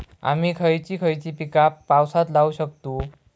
आम्ही खयची खयची पीका पावसात लावक शकतु?